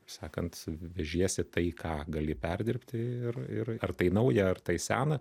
sakant vežiesi tai ką gali perdirbti ir ir ar tai nauja ar tai seną